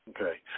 okay